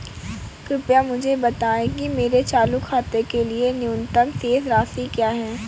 कृपया मुझे बताएं कि मेरे चालू खाते के लिए न्यूनतम शेष राशि क्या है?